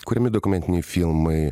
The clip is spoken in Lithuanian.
kuriami dokumentiniai filmai